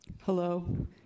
hello